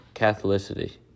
Catholicity